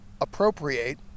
appropriate